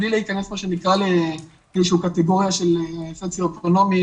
בלי להיכנס לאיזושהי קטגוריה של סוציו-אקונומי,